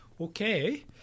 Okay